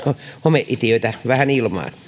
homeitiöitä vähän ilmaan